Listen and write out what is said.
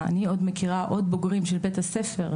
אני עוד מכירה עוד בוגרים של בית הספר,